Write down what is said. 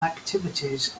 activities